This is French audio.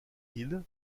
hill